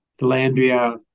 DeLandria